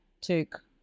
took